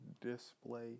display